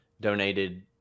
donated